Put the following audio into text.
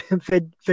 fed